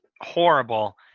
horrible